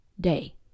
day